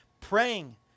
praying